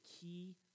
key